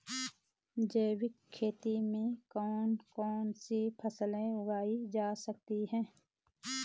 जैविक खेती में कौन कौन सी फसल उगाई जा सकती है?